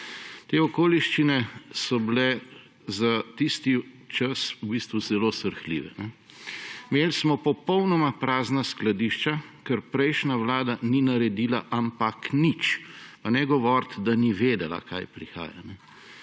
Te okoliščine so bile za tisti čas v bistvu zelo srhljive. Imeli smo popolnoma prazna skladišča, ker prejšnja vlada ni naredila ampak nič. Pa ne govoriti, da ni vedela, kaj prihaja.